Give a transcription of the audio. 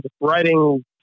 writing